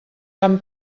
han